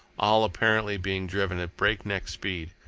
all apparently being driven at breakneck speed,